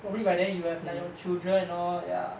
probably by then you will have like your children and all ya